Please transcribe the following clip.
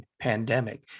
pandemic